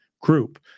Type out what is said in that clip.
Group